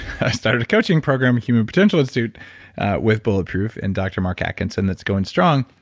i started a coaching program, human potential institute with bulletproof and dr. mark atkinson that's going strong.